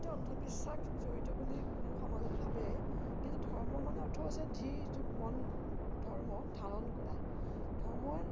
ধৰ্মৰ সৈতে অন্ধবিশ্বাস জড়িত বুলি কোনো সমাজত ভাবে কিন্তু ধৰ্ম মানে অৰ্থ আছে ধী যোগ মন ধৰ্ম ধাৰণ কৰা ধৰ্ম